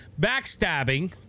backstabbing